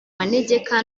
manegeka